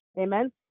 amen